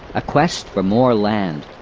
a quest for more land,